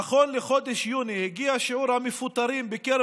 נכון לחודש יוני הגיע שיעור המפוטרים בקרב